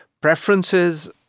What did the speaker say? preferences